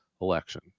election